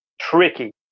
tricky